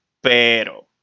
Pero